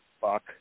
Fuck